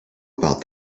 about